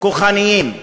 כוחניים?